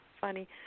funny